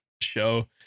show